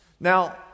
Now